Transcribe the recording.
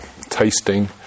tasting